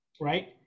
right